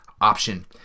option